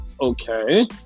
okay